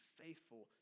faithful